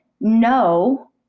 no